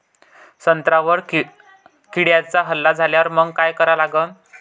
संत्र्यावर किड्यांचा हल्ला झाल्यावर मंग काय करा लागन?